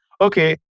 okay